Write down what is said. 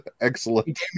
excellent